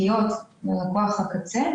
השמות בקצה.